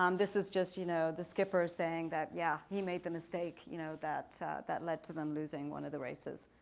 um this is just you know the skippers saying that, yeah. he made the mistake. you know that that led to them losing one of the races.